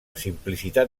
simplicitat